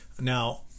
now